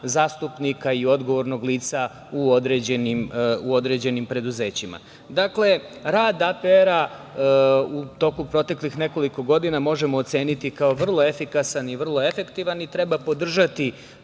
zastupnika i odgovornog lica u određenim preduzećima. Dakle, rad APR-a u toku proteklih nekoliko godina možemo oceniti kao vrlo efikasan i vrlo efektivan i treba podržati